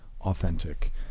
authentic